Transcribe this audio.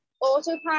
Autopilot